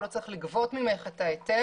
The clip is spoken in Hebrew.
הוא לא צריך לגבות ממך את ההיטל,